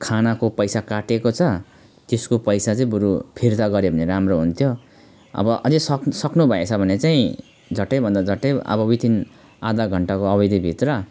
खानाको पैसा काटेको छ त्यसको पैसा चाहिँ बरु फिर्ता गर्यो भने राम्रो हुन्थ्यो अब अझै सक्नु सक्नुभएछ भने चाहिँ झट्टैभन्दा झट्टै अब विथिन आधा घन्टाको अवधिभित्र